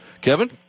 Kevin